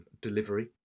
delivery